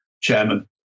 chairman